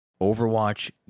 Overwatch